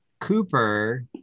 Cooper